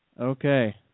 Okay